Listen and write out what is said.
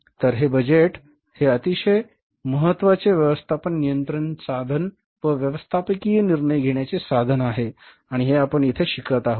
तर बजेट हे एक अतिशय महत्वाचे व्यवस्थापन नियंत्रण साधन व व्यवस्थापकीय निर्णय घेण्याचे साधन आहे आणि हे आपण येथे शिकत आहोत